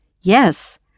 Yes